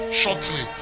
shortly